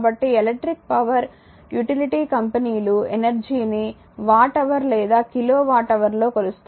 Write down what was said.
కాబట్టి electric power utility కంపెనీలు energy ని వాట్ హవర్ లేదా కిలో వాట్ హవర్ లో కొలుస్తారు